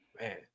Man